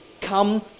come